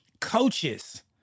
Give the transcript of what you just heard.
Coaches